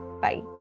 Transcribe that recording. Bye